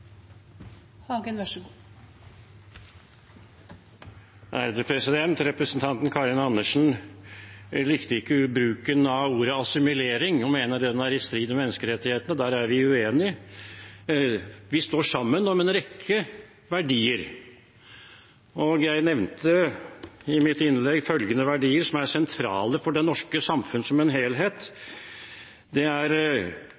strid med menneskerettighetene, og der er vi uenige. Vi står sammen om en rekke verdier, og jeg nevnte i mitt innlegg følgende verdier som er sentrale for det norske samfunn som en